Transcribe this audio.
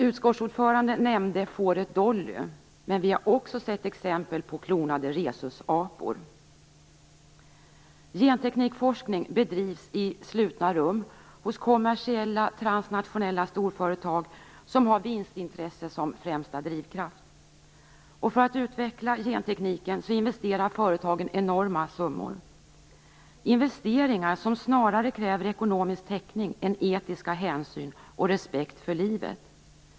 Utskottsordföranden nämnde fåret Dolly, men vi har också sett exempel på klonade Rhesusapor. Genteknikforskning bedrivs i slutna rum hos kommersiella, transnationella storföretag som har vinstintresse som främsta drivkraft. För att utveckla gentekniken investerar företagen enorma summor, investeringar som snarare kräver ekonomisk täckning än etiska hänsyn och respekt för livet.